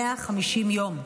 150 יום.